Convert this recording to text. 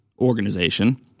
organization